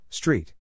Street